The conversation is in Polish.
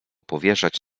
powierzać